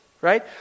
right